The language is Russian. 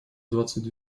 двадцать